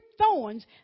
thorns